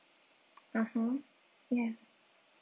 mmhmm ya